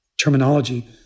terminology